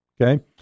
okay